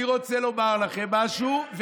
אני רוצה לומר לכם משהו.